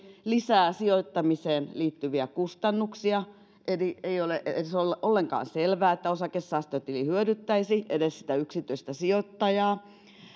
lisää sijoittamiseen liittyviä kustannuksia eli ei ole edes ollenkaan selvää että osakesäästötili hyödyttäisi edes sitä yksityistä sijoittajaa